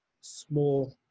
small